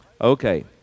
Okay